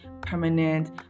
permanent